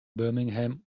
birmingham